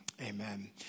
amen